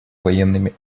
военными